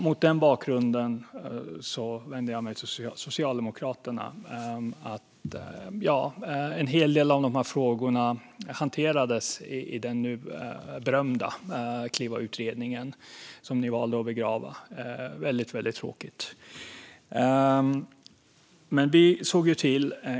Mot den bakgrunden vänder jag mig till Socialdemokraterna. En hel del av de här frågorna hanterades i den nu berömda Klivautredningen som ni valde att begrava, vilket är väldigt, väldigt tråkigt.